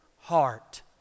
heart